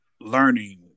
learning